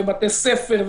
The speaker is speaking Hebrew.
בתי ספר,